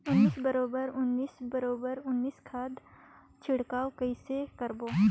उन्नीस बराबर उन्नीस बराबर उन्नीस खाद छिड़काव कइसे करबो?